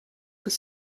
was